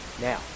Now